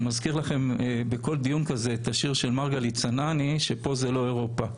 אני מזכיר לכם בכל דיון כזה את השיר של מרגלית צנעני שפה זה לא אירופה.